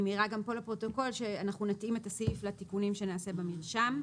אני מעירה גם פה לפרוטוקול שאנחנו נתאים את הסעיף לתיקונים שנעשה במרשם.